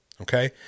Okay